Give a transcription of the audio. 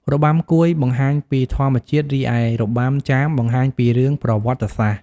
របាំកួយបង្ហាញពីធម្មជាតិ រីឯរបាំចាមបង្ហាញពីរឿងប្រវត្តិសាស្ត្រ។